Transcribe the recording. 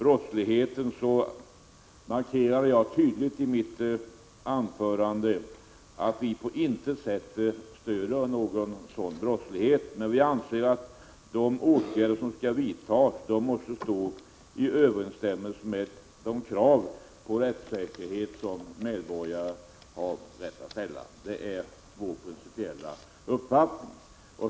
Jag markerade tydligt i mitt anförande att vi på intet sätt stöder någon ekonomisk brottslighet. Men vi anser att de åtgärder som skall vidtas måste stå i överensstämmelse med de krav på rättssäkerhet som medborgare har rätt att ställa. Det är vår principiella uppfattning.